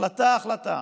החלטה-החלטה,